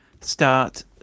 start